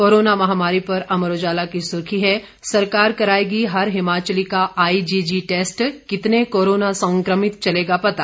corona महामारी पर अमर उजाला की सुर्खी है सरकार कराएगी हर हिमाचली का आईजीजी टेस्ट कितने कोरोना संक्रमित चलेगा पता